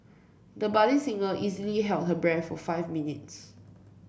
the budding singer easily held her breath for five minutes